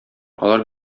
алар